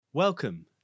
Welcome